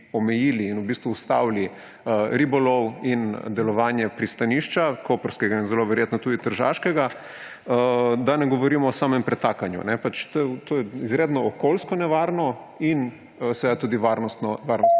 omejili in v bistvu ustavili ribolov in delovanje pristanišča, koprskega in zelo verjetno tudi tržaškega, da ne govorimo o samem pretakanju. To je izredno okoljsko nevarno in seveda tudi varnostno